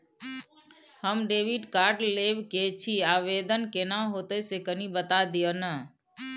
हम debit card लेब के छि, आवेदन केना होतै से कनी बता दिय न?